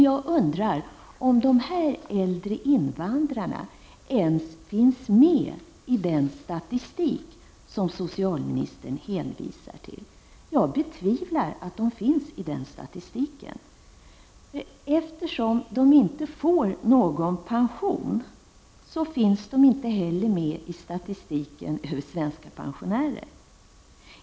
Jag undrar om dessa äldre invandrare ens finns med i den statistik som socialministern hänvisat till. Jag betvivlar att de finns i den statistiken. Eftersom de inte får någon pension finns de heller inte med i statistiken över svenska pensionärer.